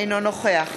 אינו נוכח